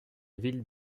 ville